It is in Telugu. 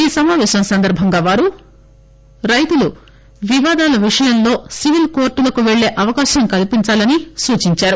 ఈ సమాపేశం సందర్బంగా వారు రైతులు వివాధాల విషయంలో సివిల్ కోర్టులకు పేళ్ళే అవకాశం కల్పించాలని సూచించారు